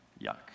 Yuck